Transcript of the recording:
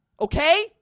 okay